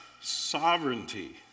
sovereignty